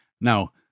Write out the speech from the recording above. Now